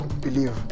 believe